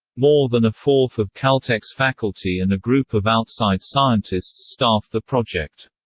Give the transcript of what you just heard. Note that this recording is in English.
more than a fourth of caltech's faculty and a group of outside scientists staffed the project.